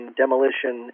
demolition